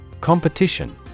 Competition